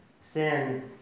Sin